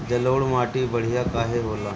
जलोड़ माटी बढ़िया काहे होला?